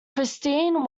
christine